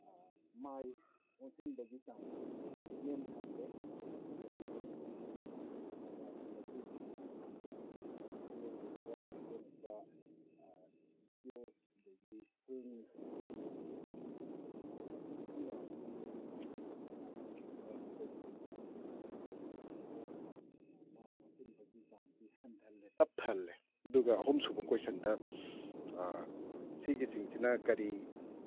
ꯃꯥꯏ ꯑꯣꯟꯁꯤꯟꯕꯒꯤ ꯆꯥꯡꯁꯤ ꯅꯦꯝꯊꯍꯜꯂꯦ ꯀꯔꯤꯒꯨꯝꯕ ꯃꯇꯝꯗ ꯍꯥꯏꯗꯤ ꯃꯣꯕꯥꯏꯜꯗ ꯂꯥꯏꯆꯨꯒꯤꯗꯅ ꯍꯥꯏꯗꯤ ꯌꯦꯡꯉꯣꯏꯗꯕ ꯌꯦꯡꯉꯛꯄ ꯕꯤꯗꯤꯑꯣ ꯑꯗꯒꯤ ꯐꯤꯂꯝ ꯑꯗꯒꯤ ꯁꯤ ꯃꯌꯥꯝꯁꯤ ꯌꯦꯡꯕꯁꯤꯅ ꯑꯉꯥꯡꯁꯤꯡꯗ ꯃꯈꯣꯏꯗꯒꯤ ꯏꯗꯨꯀꯦꯁꯟꯗ ꯃꯥꯏ ꯑꯣꯟꯁꯤꯟꯕꯒꯤ ꯆꯥꯡꯁꯤ ꯍꯟꯊꯍꯜꯂꯦ ꯇꯞꯊꯍꯜꯂꯦ ꯑꯗꯨꯒ ꯑꯍꯨꯝꯁꯨꯕ ꯀꯣꯏꯁꯟꯗ ꯁꯤꯒꯤ ꯆꯤꯡꯁꯤꯅ ꯀꯔꯤ